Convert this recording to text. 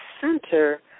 center